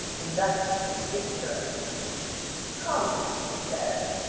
and thus she begins her argument come, she says,